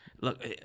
Look